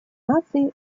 наций